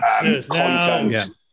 content